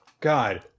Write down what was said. God